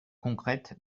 concrète